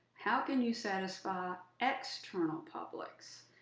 how can you satisfy external publics?